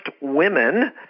women